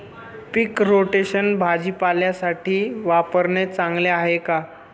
पीक rotation भाजीपाल्यासाठी वापरणे चांगले आहे का?